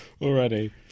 Already